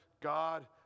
God